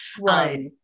Right